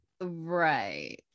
right